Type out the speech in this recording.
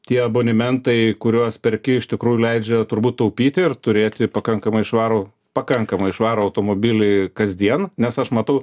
tie abonementai kuriuos perki iš tikrųjų leidžia turbūt taupyti ir turėti pakankamai švarų pakankamai švarų automobilį kasdien nes aš matau